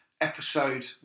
episode